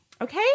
Okay